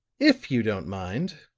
if you don't mind,